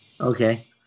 Okay